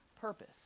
purpose